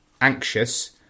anxious